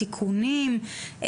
תיקונים,